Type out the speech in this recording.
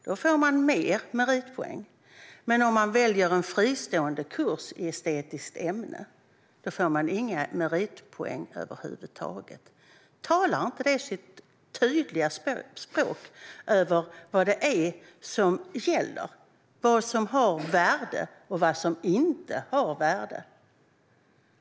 Då får de mer meritpoäng, men om de väljer en fristående kurs i ett estetiskt ämne får de inga meritpoäng över huvud taget. Talar inte detta sitt tydliga språk om vad som gäller, vad som har värde och vad som inte har värde?